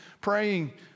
praying